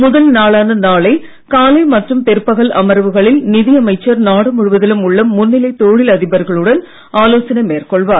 முதல் நாளான நாளை காலை மற்றும் பிற்பகல் அமர்வுகளில் நிதி அமைச்சர் நாடு முழுவதிலும் உள்ள முன்னிலை தொழில் அதிபர்களுடன் ஆலோசனை மேற்கொள்வார்